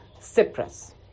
Cyprus